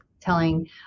telling